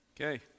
Okay